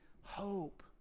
hope